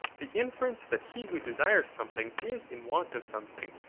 the inference that he who desires something is in want of something,